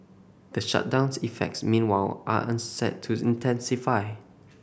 the shutdown's effects meanwhile are set to intensify